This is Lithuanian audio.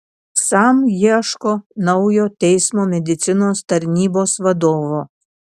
sam ieško naujo teismo medicinos tarnybos vadovo